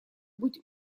быть